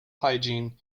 hygiene